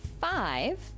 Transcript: five